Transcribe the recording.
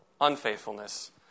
unfaithfulness